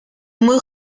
muy